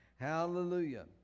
Hallelujah